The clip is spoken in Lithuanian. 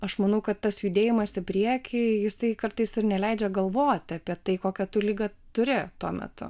aš manau kad tas judėjimas į priekį jisai kartais ir neleidžia galvoti apie tai kokią tu ligą turi tuo metu